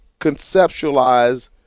conceptualize